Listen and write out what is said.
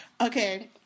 Okay